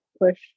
push